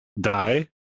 die